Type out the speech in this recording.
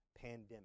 pandemic